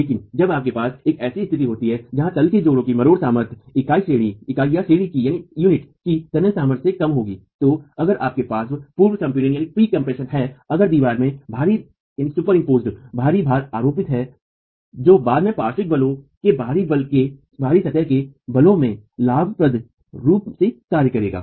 लेकिन जब आपके पास एक ऐसी स्थिति होती है जहां तल के जोड़ों की मरोड़ सामर्थ्य इकाईश्रेणी की तनन सामर्थ्य से कम होगी तो अगर आपके पास पूर्व संपीडन है अगर दीवार में भारी भार आरोपित है जो बाद के पार्श्विक बलों के बाहरी सतह के बलों में लाभप्रद रूप से कार्य करेगा